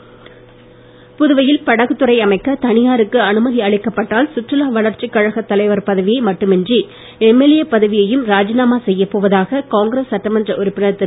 பாலன் புதுவையில் படகுத்துறை அமைக்க தனியாருக்கு அனுமதி அளிக்கப்பட்டால் சுற்றுலா வளர்ச்சிக் கழக தலைவர் பதவியை மட்டுமின்றி எம்எல்ஏ பதவியையும் ராஜினாமா செய்யப்போவதாக காங்கிரஸ் சட்டமன்ற உறுப்பினர் திரு